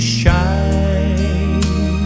shine